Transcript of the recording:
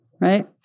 right